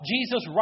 Jesus